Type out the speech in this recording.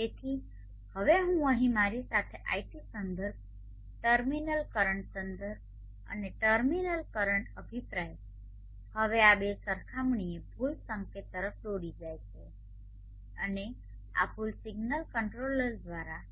તેથી તેથી હવે હું અહીં મારી સાથે iT સંદર્ભ ટર્મિનલ કરંટ સંદર્ભ અને ટર્મિનલ કરંટ અભિપ્રાય હવે આ બે સરખામણીએ ભૂલ સંકેત તરફ દોરી જાય છે અને આ ભૂલ સિગ્નલ કંટ્રોલર દ્વારા